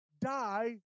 die